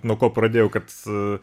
nuo ko pradėjau kad